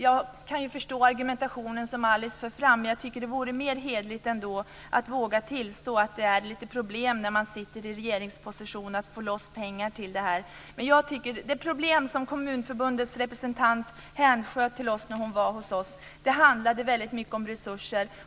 Jag kan förstå den argumentation som Alice för fram, men jag tycker ändå att det vore mer hederligt att i regeringsposition våga tillstå att det är ett problem att få loss pengar till det här. Det problem som Kommunförbundets representant hänsköt till oss när hon var hos oss handlade mycket om resurser.